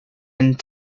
and